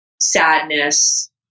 sadness